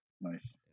Nice